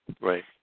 Right